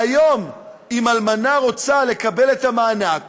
והיום, אם אלמנה רוצה לקבל את המענק